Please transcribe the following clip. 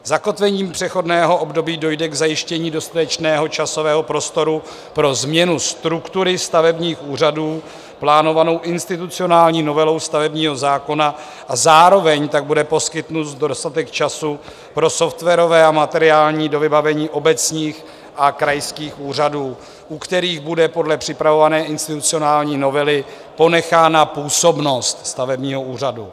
Zakotvením přechodného období dojde k zajištění dostatečného časového prostoru pro změnu struktury stavebních úřadů plánovanou institucionální novelou stavebního zákona a zároveň tak bude poskytnut dostatek času pro softwarové a materiální dovybavení obecních a krajských úřadů, u kterých bude podle připravované institucionální novely ponechána působnost stavebního úřadu.